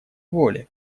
воли